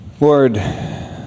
Lord